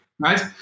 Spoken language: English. Right